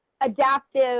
adaptive